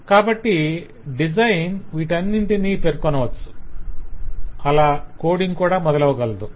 కాబట్టి డిజైన్ వీటన్నింటిని పేర్కొనవచ్చు అలా కోడింగ్ కూడా మొదలవగలదు